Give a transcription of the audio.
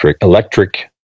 electric